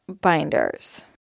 binders